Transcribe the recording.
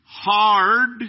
hard